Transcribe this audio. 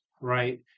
right